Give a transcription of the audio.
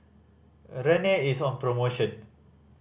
Rene is on promotion